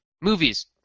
Movies